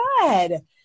good